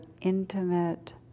intimate